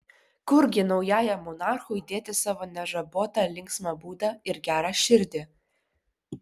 kurgi naujajam monarchui dėti savo nežabotą linksmą būdą ir gerą širdį